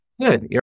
good